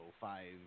five